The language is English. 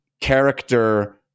character